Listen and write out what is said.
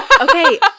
okay